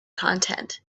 content